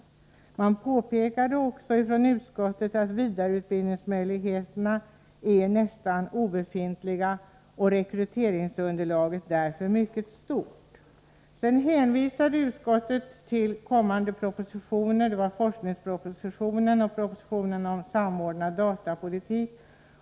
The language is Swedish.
Utskottet påpekade också att vidareutbildningsmöjligheterna för dessa var nästan obefintliga och rekryteringsunderlaget därför mycket stort. Vidare hänvisade utskottet till kommande propositioner — forskningspropositionen och propositionen om samordnad datapolitik.